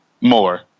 More